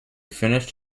finished